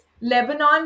Lebanon